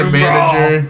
manager